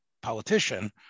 politician